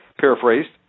paraphrased